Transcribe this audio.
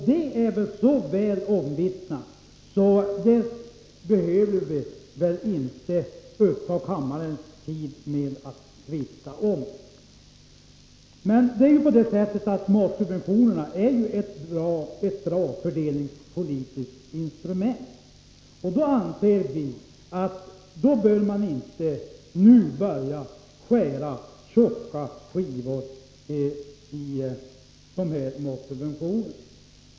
Det är väl så väl omvittnat att vi inte behöver uppta kammarens tid med att tvista om det. Matsubventionerna är ju ett bra fördelningspolitiskt instrument. Därför bör man inte börja skära tjocka skivor i matsubventionerna.